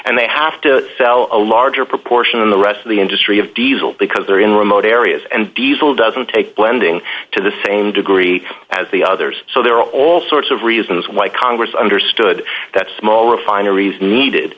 and they have to sell a larger proportion in the rest of the industry of diesel because they're in remote areas and diesel doesn't take blending to the same degree as the others so there are all sorts of reasons why congress understood that small refineries needed